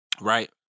Right